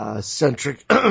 centric